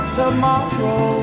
tomorrow